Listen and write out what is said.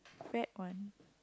fat one